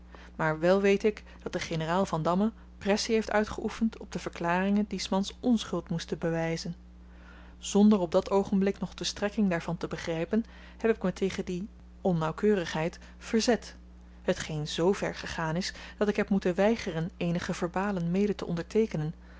maar wel weet ik dat de generaal vandamme pressie heeft uitgeoefend op de verklaringen die s mans onschuld moesten bewyzen zonder op dat oogenblik nog de strekking daarvan te begrypen heb ik me tegen die onnauwkeurigheid verzet hetgeen z ver gegaan is dat ik heb moeten weigeren eenige verbalen mede te onderteekenen